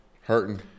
Hurting